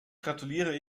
gratuliere